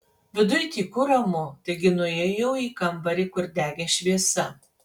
viduj tyku ramu taigi nuėjau į kambarį kur degė šviesa